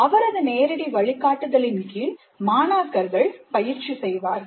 அவரது நேரடி வழிகாட்டுதலின் கீழ் மாணாக்கர்கள் பயிற்சி செய்வார்கள்